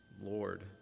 Lord